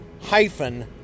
hyphen